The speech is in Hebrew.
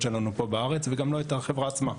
שלנו פה בארץ וגם לא את החברה עצמה.